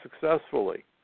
successfully